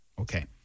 okay